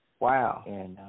Wow